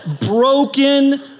broken